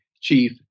chief